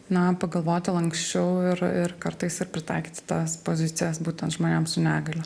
na pagalvoti lanksčiau ir ir kartais ir pritaikyti tas pozicijas būtent žmonėm su negalia